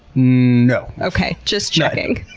you know okay. just checking.